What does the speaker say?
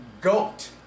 goat